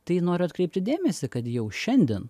tai noriu atkreipti dėmesį kad jau šiandien